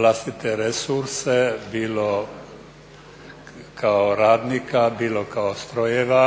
vlastite resurse, bilo kao radnika, bilo kao strojeva